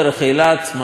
מה לעשות?